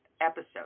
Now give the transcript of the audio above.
episode